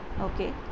Okay